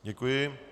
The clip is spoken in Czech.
Děkuji.